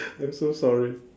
I'm so sorry